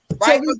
right